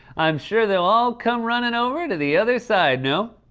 i'm sure they'll all come running over to the other side. no,